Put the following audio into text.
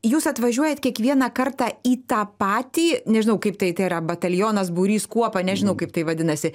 jūs atvažiuojat kiekvieną kartą į tą patį nežinau kaip tai tai yra batalionas būrys kuopa nežinau kaip tai vadinasi